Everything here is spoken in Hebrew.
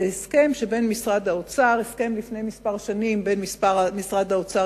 זה הסכם מלפני כמה שנים בין משרד האוצר